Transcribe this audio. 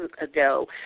ago